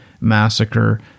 massacre